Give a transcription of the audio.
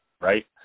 right